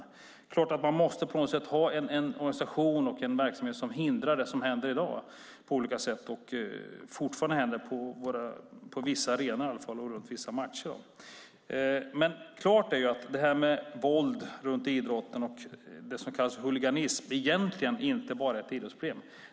Det är klart att man måste ha en organisation och en verksamhet som på olika sätt hindrar det som fortfarande händer på vissa arenor och matcher. Klart är att det här med våld runt idrott och det som kallas huliganism egentligen inte bara är ett idrottsproblem.